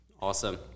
Awesome